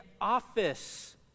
office